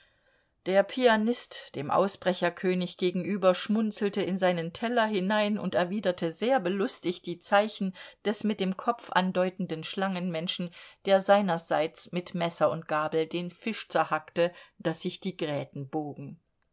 der pianist dem ausbrecherkönig gegenüber schmunzelte in seinen teller hinein und erwiderte sehr belustigt die zeichen des mit dem kopf andeutenden schlangenmenschen der seinerseits mit messer und gabel den fisch zerhackte daß sich die gräten bogen